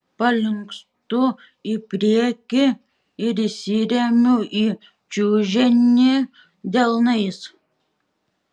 palinkstu į priekį ir įsiremiu į čiužinį delnais